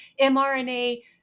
MRNA